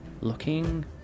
looking